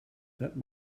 that